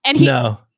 No